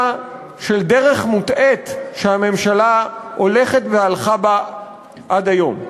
של דרך מוטעית שהממשלה הלכה והולכת בה עד היום.